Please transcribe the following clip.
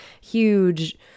huge